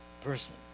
person